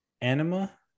Anima